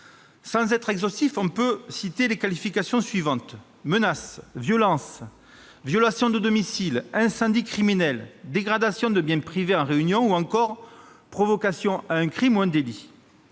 non exhaustive, les qualifications suivantes : menaces, violences, violation de domicile, incendie criminel, dégradation de biens privés en réunion ou encore provocation à un crime ou à un délit.